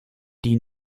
die